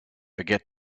forget